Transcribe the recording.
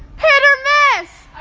hit or miss!